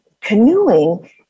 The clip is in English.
Canoeing